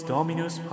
Dominus